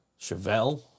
Chevelle